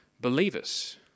believers